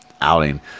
outing